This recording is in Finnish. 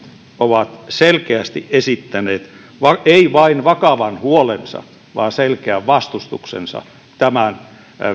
ovat selkeästi esittäneet eivät vain vakavan huolensa vaan myös selkeän vastustuksensa tästä